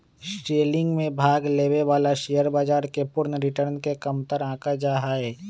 selling में भाग लेवे वाला शेयर बाजार के पूर्ण रिटर्न के कमतर आंका जा हई